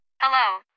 Hello